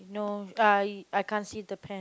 no I I can't see the pant